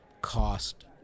cost